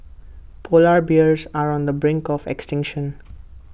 Polar Bears are on the brink of extinction